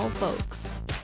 Folks